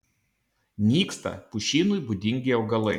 nyksta pušynui būdingi augalai